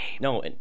No